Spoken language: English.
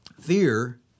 fear